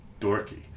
dorky